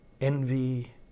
envy